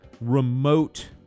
remote